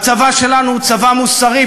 הצבא שלנו הוא צבא מוסרי,